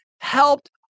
helped